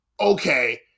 okay